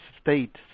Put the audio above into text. state